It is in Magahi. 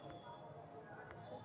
जनेरा के घास के जात मानल जाइ छइ